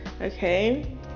okay